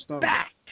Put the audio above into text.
back